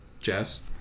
Jess